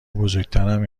بزرگترم